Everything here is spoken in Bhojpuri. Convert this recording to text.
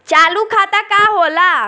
चालू खाता का होला?